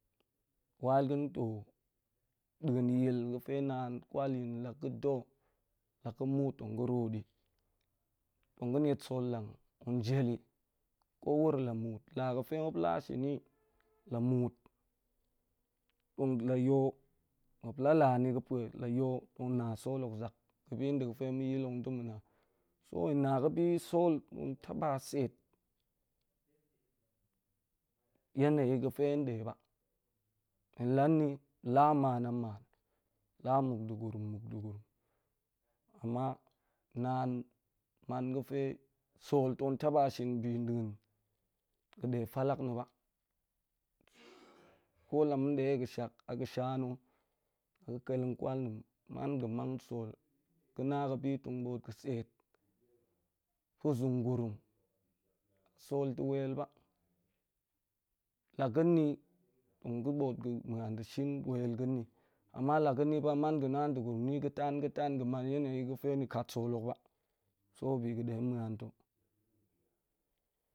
While ga̱ ntoo nda̱an yil ga̱fe naan kwal yin la̱ ga̱ da̱, la̱ga muut tong ga̱ ru di. Nga̱ niet soh lang yiri, ko wura̱ la̱ muut, ko laa ga̱fe muop la shini la̱ muut la yo, muop la̱ la ni ga̱ pue, la yol tong na sol hok zak ga̱ bi nda̱ ga̱fe ma̱ yil i ma̱ na sol hok, so hen na ga̱bi sol nta ba se'et yenda ga̱fe nɗe ɓa, hen la nni, la'a nman a mman, la ammuk da̱ gurum a muk da̱ gurum. Amma naan man ga̱fe sol tong taba shin bi ga̱ ga̱fe nde falak na̱ ba ko la munde ga̱shak a ga̱sha na̱, la̱ ga̱ keleng kwal man ga̱ mang sol ga̱ na ga̱fe tong gu bot pa̱zung gurum. A sol ta̱ wel ba. ga̱ man yeneyi ga̱fe nikat sol ba ga̱ mang ni ga̱ tan ga̱ tan so, bi ga̱ denmuan ta̱